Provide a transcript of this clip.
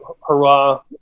hurrah